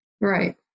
Right